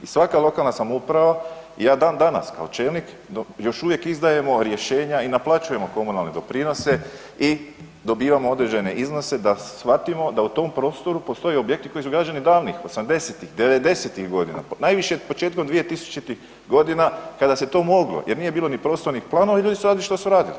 I svaka lokalna samouprava i ja dan danas kao čelnik još uvijek izdajemo rješenja i naplaćujemo komunalne doprinose i dobivamo određene iznose da shvatimo da u tom prostoru postoje objekti koji su građeni davnih '80.-tih, '90.-tih godina, najviše početkom 2000.-tih godina kada se to moglo jer nije bilo ni prostornih planova i ljudi su radili što su radili.